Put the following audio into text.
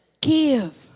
Give